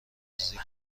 نزدیک